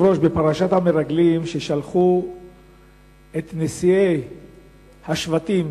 בפרשת המרגלים, כששלחו את נשיאי השבטים